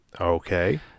Okay